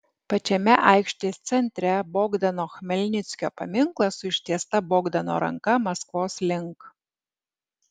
pačiame aikštės centre bogdano chmelnickio paminklas su ištiesta bogdano ranka maskvos link